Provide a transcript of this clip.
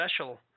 special